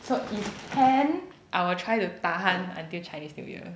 so if can I will try to tahan until chinese new year